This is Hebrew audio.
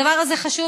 הדבר הזה חשוב.